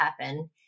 happen